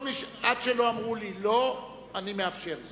עד שלא אמרו לי לא, אני מאפשר זאת.